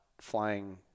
flying